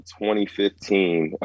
2015